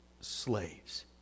slaves